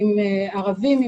ערבים,